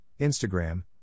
Instagram